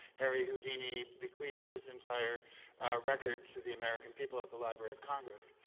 harry houdini bequeathed his entire record to the american people at the library of congress.